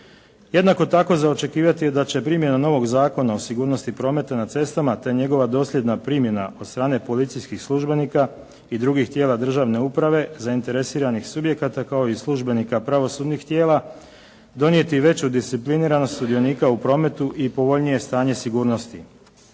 Jednako tako za očekivati je da će primjena novog Zakona o sigurnosti prometa na cestama te njegova dosljedna primjena od strane policijskih službenika i drugih tijela državne uprave, zainteresiranih subjekata, kao i službenika pravosudnih tijela donijeti veću discipliniranost sudionika u prometu i povoljnije stanje sigurnosti.